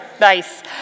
Nice